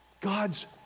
God's